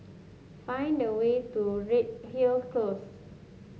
find the way to Redhill Close